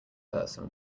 person